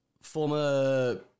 former